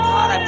God